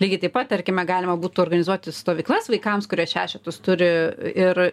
lygiai taip pat tarkime galima būtų organizuoti stovyklas vaikams kurie šešetus turi ir